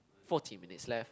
fourteen minutes left